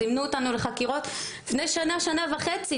זימנו אותנו לחקירות לפני שנה-שנה וחצי.